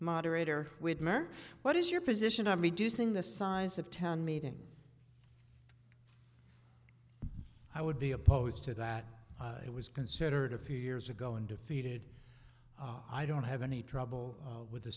moderator widmer what is your position i'm reducing the size of town meetings i would be opposed to that it was considered a few years ago and defeated i don't have any trouble with the